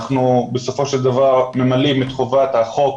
אנחנו בסופו של דבר ממלאים את חובת החוק,